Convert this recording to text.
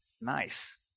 Nice